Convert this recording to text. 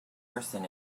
person